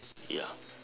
ya